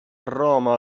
roma